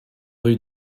rue